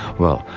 well,